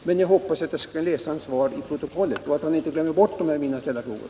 Men jag hoppas att jag kan läsa hans svar i protokollet och att han inte glömmer bort mina frågor.